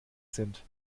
sind